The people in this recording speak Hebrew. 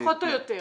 פחות או יותר.